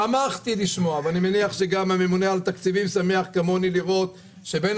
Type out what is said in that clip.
שמחתי לשמוע ואני מניח שגם הממונה על התקציבים שמח כמוני לראות שבין